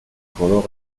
coloro